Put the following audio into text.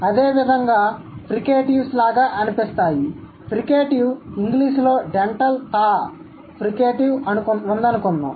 అదేవిధంగా ఫ్రికేటివ్స్ లాగా అనిపిస్తాయి ఫ్రికేటివ్ ఇంగ్లీషులో డెంటల్ థా ఫ్రికేటివ్ ఉందనుకుందాం